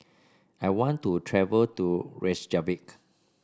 I want to travel to Reykjavik